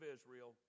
Israel